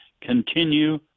continue